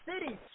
cities